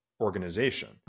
organization